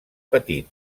petit